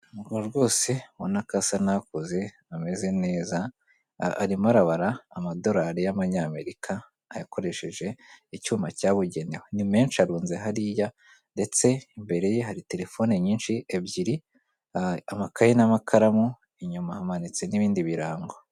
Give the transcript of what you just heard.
Umuntu rwose ubona ko asa nakuze ameze neza arimo arabara amadolari y'abanyamerika ayakoresheje icyuma cyabugenewe ni menshi arunze hariya, ndetse imbere ye hari telefone nyinshi ebyiri amakaye n'amakaramu inyuma hamanitse n'ibindi birango.